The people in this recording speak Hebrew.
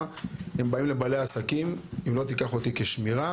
הם באים לבעלי עסקים ואומרים: אם לא תיקח אותי כשמירה,